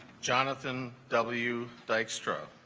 jonathan w dykstra